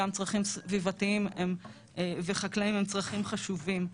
גם צרכים סביבתיים וחקלאיים הם צרכים חשובים.